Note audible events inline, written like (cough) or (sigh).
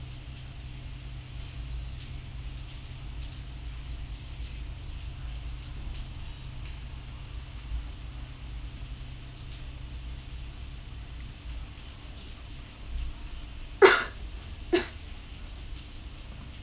(coughs)